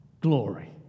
glory